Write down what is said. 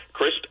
Chris